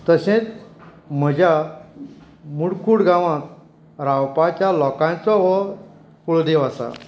तशेंच म्हज्या मुडकूड गांवांत रावपाच्या लोकांचो हो कुळदेव आसा